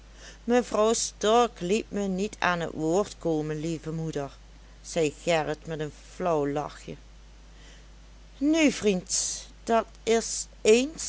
mevrouw stork liet me niet aan t woord komen lieve moeder zei gerrit met een flauw lachje nu vriend dat is ééns